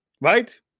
Right